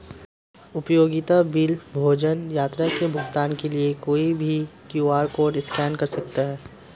उपयोगिता बिल, भोजन, यात्रा के भुगतान के लिए कोई भी क्यू.आर कोड स्कैन कर सकता है